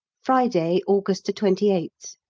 friday, august twenty eighth.